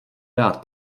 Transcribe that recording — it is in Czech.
dát